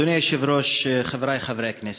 אוסאמה סעדי, אכרם חסון,